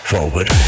Forward